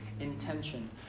intention